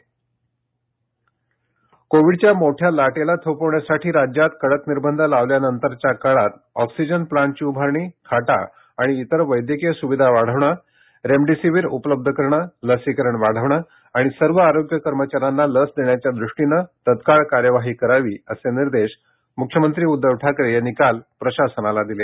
मुख्यमंत्री कृती दल कोविडच्या मोठ्या लाटेला थोपवण्यासाठी राज्यात कडक निर्बंध लावल्यानंतरच्या काळात ऑक्सिजन प्लान्टची उभारणी खाटा आणि इतर वैद्यकीय सुविधा वाढवणं रेमडेसिवीर उपलब्ध करणं लसीकरण वाढवणं आणि सर्व आरोग्य कर्मचाऱ्यांना लस देण्याच्या दृष्टीने तत्काळ कार्यवाही करावी असे निर्देश मुख्यमंत्री उद्धव ठाकरे यांनी काल प्रशासनाला दिले